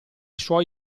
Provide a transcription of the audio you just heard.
suoi